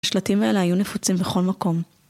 השלטים האלה היו נפוצים בכל מקום.